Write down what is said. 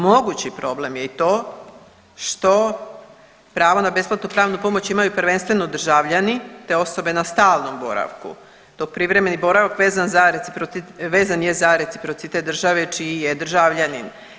Mogući problem je i to što pravo na besplatnu pravnu pomoć imaju prvenstveno državljani, te osobe na stalnom boravku, dok privremeni boravak vezan za reciprocitet, vezan je za reciprocitet države čiji je državljanin.